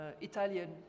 Italian